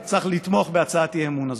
ולכן צריך לתמוך בהצעת האי-אמון הזו.